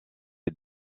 est